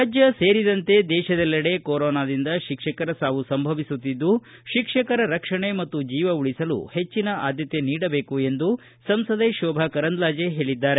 ರಾಜ್ಯ ಸೇರಿದಂತೆ ದೇಶದೆಲ್ಲಡೆ ಕೊರೋನಾದಿಂದ ಶಿಕ್ಷಕರ ಸಾವು ಸಂಭವಿಸುತ್ತಿದ್ದು ಶಿಕ್ಷಕರ ರಕ್ಷಣೆ ಮತ್ತು ಜೀವ ಉಳಿಸಲು ಹೆಚ್ವಿನ ಆದ್ಯತೆ ನೀಡಬೇಕು ಎಂದು ಸಂಸದೆ ಶೋಭಾ ಕರಂದ್ಲಾಜೆ ಹೇಳಿದ್ದಾರೆ